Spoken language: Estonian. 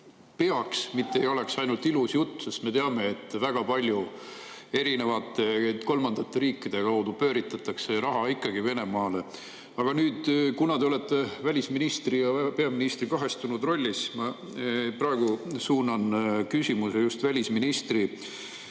peaks, mitte ei oleks ainult ilus jutt. Me ju teame, et väga palju erinevate kolmandate riikide kaudu pööritatakse raha ikkagi Venemaale. Aga nüüd, kuna te olete välisministri ja peaministri kahestunud rollis, siis ma praegu suunan küsimuse just välisministri